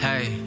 Hey